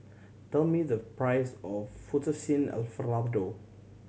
tell me the price of Fettuccine Alfredo